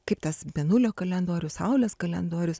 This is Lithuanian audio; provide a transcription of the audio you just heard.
kaip tas mėnulio kalendorius saulės kalendorius